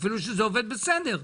אפילו שזה עובד בסדר,